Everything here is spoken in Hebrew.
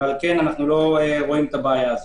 לכן אנחנו לא רואים את הבעיה הזאת.